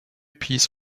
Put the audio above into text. piece